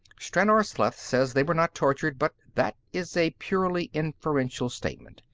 stranor sleth says they were not tortured, but that is a purely inferential statement.